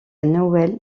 noël